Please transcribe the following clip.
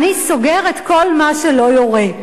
אני סוגר את כל מה שלא יורה.